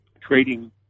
trading